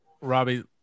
Robbie